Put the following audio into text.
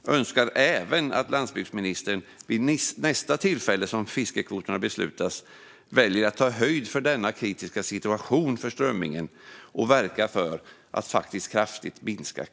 Jag önskar även att landsbygdsministern vid nästa tillfälle då fiskekvoterna beslutas väljer att ta höjd för denna kritiska situation för strömmingen och verkar för att kraftigt minska kvoterna i Östersjön.